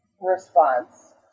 response